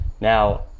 Now